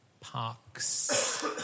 Parks